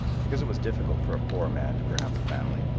because it was difficult for a poor man to bring up a family,